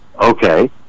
Okay